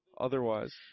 otherwise